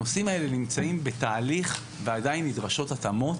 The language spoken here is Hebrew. הנושאים האלה נמצאים בתהליך ועדיין נדרשות התאמות.